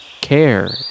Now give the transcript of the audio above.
care